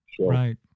Right